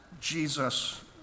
Jesus